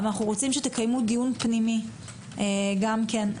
אנחנו רוצים שתקיימו דיון פנימי גם כן.